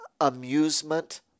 amusement